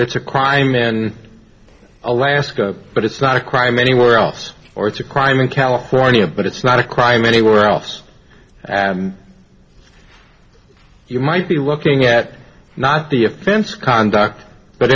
that's a crime in alaska but it's not a crime anywhere else or it's a crime in california but it's not a crime anywhere else you might be looking at not the offense conduct but